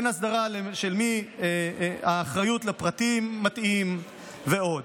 אין הסדרה על מי האחריות לפרטים ועוד.